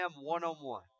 one-on-one